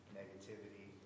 negativity